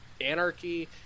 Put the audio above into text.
anarchy